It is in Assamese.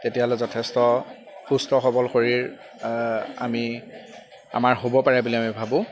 তেতিয়াহ'লে যথেষ্ট সুস্থ সৱল শৰীৰ আমি আমাৰ হ'ব পাৰে বুলি আমি ভাবোঁ